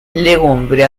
legumbre